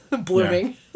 blooming